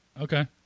Okay